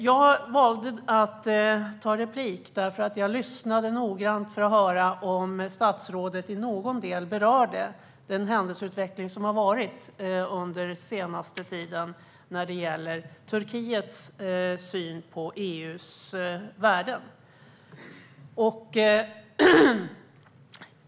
Jag valde att begära replik därför att jag lyssnade noggrant för att höra om statsrådet i någon del berörde den händelseutveckling som har ägt rum under den senaste tiden när det gäller Turkiets syn på EU:s värden.